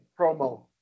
promo